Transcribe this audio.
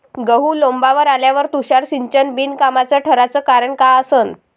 गहू लोम्बावर आल्यावर तुषार सिंचन बिनकामाचं ठराचं कारन का असन?